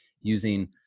using